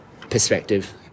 perspective